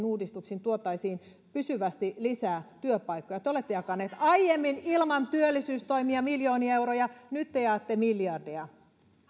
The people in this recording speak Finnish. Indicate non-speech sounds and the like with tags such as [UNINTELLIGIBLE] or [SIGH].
[UNINTELLIGIBLE] uudistuksin tuotaisiin pysyvästi lisää työpaikkoja te olette jakaneet ilman työllisyystoimia miljoonia euroja nyt te jaatte miljardeja